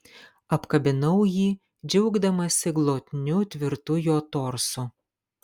apkabinau jį džiaugdamasi glotniu tvirtu jo torsu